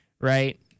right